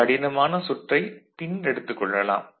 கடினமான சுற்றைப் பின்னர் எடுத்துக் கொள்ளலாம்